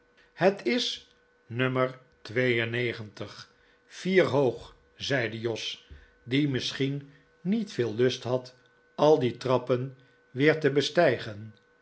het is no vier hoog zeide jos die misschien niet veel lust had al die trappen weer te bestijgen